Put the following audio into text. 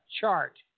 chart